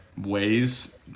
ways